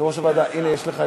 אדוני היושב-ראש,